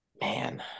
Man